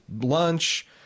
lunch